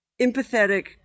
empathetic